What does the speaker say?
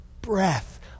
breath